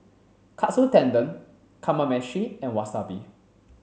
Katsu Tendon Kamameshi and Wasabi